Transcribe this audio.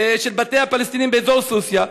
של בתי הפלסטינים באזור סוסיא?